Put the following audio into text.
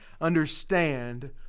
understand